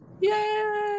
Yay